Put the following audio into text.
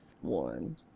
One